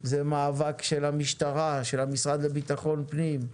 זה מאבק של המשטרה, של המשרד לבטחון פנים.